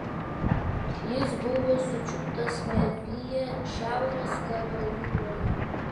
jis buvo sučiuptas merfyje šiaurės karolinoje